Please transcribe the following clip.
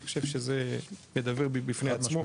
אני חושב שזה מדבר בפני עצמו.